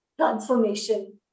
transformation